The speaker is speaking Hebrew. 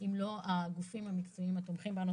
אם לא הגופים המקצועיים התומכים בנו.